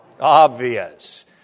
obvious